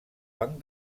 banc